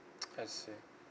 I see